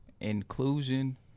inclusion